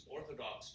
Orthodox